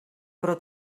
però